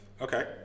Okay